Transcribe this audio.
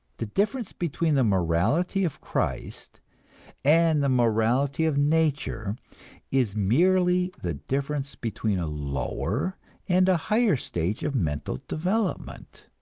the difference between the morality of christ and the morality of nature is merely the difference between a lower and a higher stage of mental development.